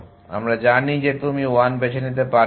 আমরা জানি যে তুমি 1 বেছে নিতে পারবে না